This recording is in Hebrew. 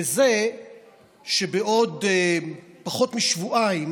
וזה שבעוד פחות משבועיים